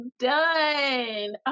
Done